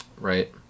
Right